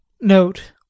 note